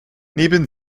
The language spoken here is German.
neben